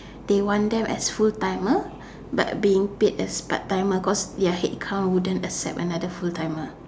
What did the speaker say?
they want them as full timer but being paid as part timer because their head count would not accept another full timer